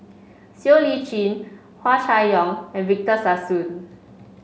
Siow Lee Chin Hua Chai Yong and Victor Sassoon